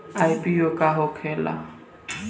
IPO का होखेला?